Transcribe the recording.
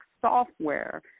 software